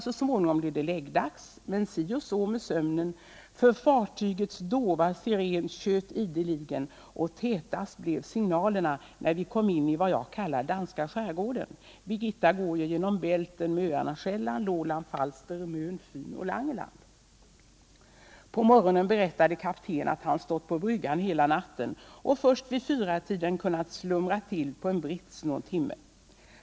Så småningom blev det läggdags men si och så med sömnen, för fartygets dova sirén tjöt ideligen och tätast blev signalerna när vi kom in i vad jag kallar "danska skärgården”. Birgitta går ju genom Bälten med öarna Själland, Lolland, Falster, Möen, Fyn och Langeland. På morgonen berättade kapten att han stått på bryggan hela natten och först vid fyratiden kunnat slumra till på en brits någon timme.